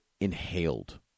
inhaled